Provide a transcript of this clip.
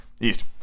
east